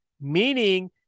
meaning